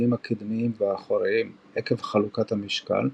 הצמיגים הקדמיים והאחוריים עקב חלוקת המשקל,